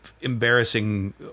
embarrassing